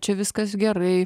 čia viskas gerai